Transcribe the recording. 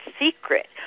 secret